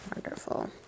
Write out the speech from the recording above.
Wonderful